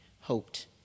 hoped